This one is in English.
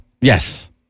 Yes